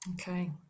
okay